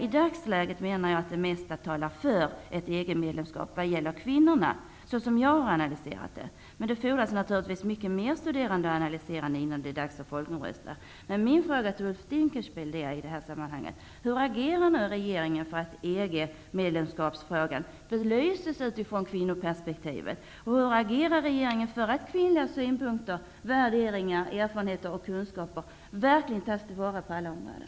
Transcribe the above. I dagsläget talar det mesta för ett EG-medlemskap ur kvinnlig synvinkel, enligt den analys jag har gjort. Det fordras emellertid mycket mer av studier och analyser innan det är dags att folkomrösta. Jag har en fråga till Ulf Dinkelspiel i detta sammanhang. Hur agerar regeringen för att frågan om EG-medlemskap belyses utifrån kvinnoperspektivet? Hur agerar regeringen för att kvinnors synpunkter, värderingar, erfarenheter och kunskaper verkligen tas till vara på alla områden?